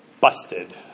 busted